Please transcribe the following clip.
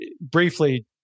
briefly